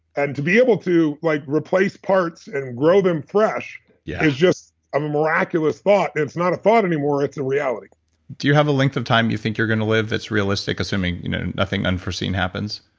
and to be able to like replace parts and grow them fresh, yeah it's just um a miraculous thought, and it's not a thought anymore, it's a reality do you have a length of time that you think you're going to live that's realistic assuming you know nothing unforeseen happens?